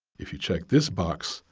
if you check this box,